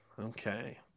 Okay